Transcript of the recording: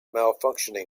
malfunctioning